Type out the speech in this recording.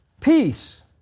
peace